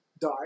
die